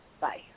Bye